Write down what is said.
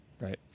Right